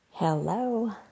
Hello